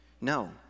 No